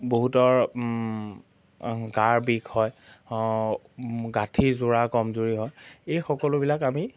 বহুতৰ গাৰ বিষ হয় গাঁঠি যোৰা কমজুৰি হয় এই সকলোবিলাক আমি